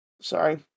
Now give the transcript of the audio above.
sorry